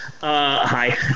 hi